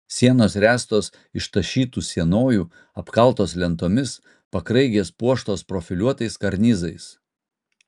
sienos ręstos iš tašytų sienojų apkaltos lentomis pakraigės puoštos profiliuotais karnizais